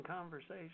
conversation